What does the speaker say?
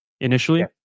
Initially